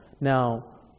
Now